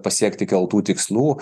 pasiekti keltų tikslų